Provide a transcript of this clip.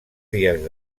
dies